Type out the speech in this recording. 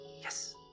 Yes